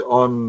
on